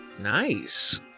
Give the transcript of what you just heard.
Nice